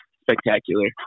spectacular